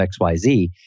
XYZ